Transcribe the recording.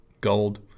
gold